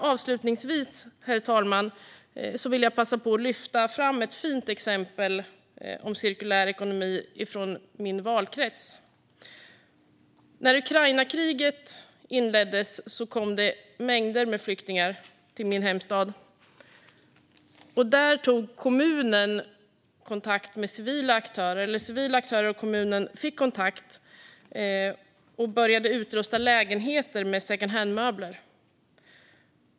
Avslutningsvis, herr talman, vill jag passa på att lyfta fram ett fint exempel på cirkulär ekonomi från min valkrets. När Ukrainakriget inleddes kom det mängder av flyktingar till min hemstad. Där tog kommunen kontakt med civila aktörer - eller rättare sagt fick civila aktörer och kommunen kontakt och började att utrusta lägenheter med secondhandmöbler.